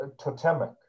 totemic